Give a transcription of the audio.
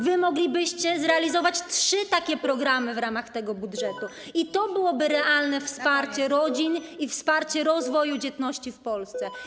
Wy moglibyście zrealizować trzy takie programy w ramach tego budżetu i to byłoby realne wsparcie rodzin i wsparcie rozwoju dzietności w Polsce.